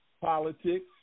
politics